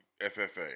FFA